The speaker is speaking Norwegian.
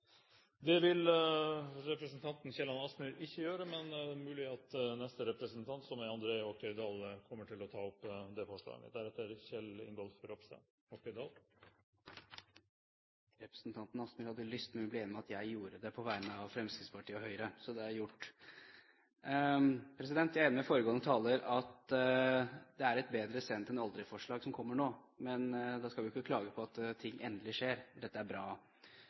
Det vil representanten Kielland Asmyhr ikke gjøre, men det kommer da André Oktay Dahl til å gjøre, som er neste taler. Representanten Kielland Asmyhr hadde lyst til å ta opp forslaget, men vi ble enige om jeg skulle gjøre det på vegne av Fremskrittspartiet og Høyre – så det er hermed gjort. Jeg er enig med foregående taler i at det er et bedre-sent-enn-aldri-forslag som kommer nå, men da skal vi jo ikke klage på at ting endelig skjer. Dette er bra.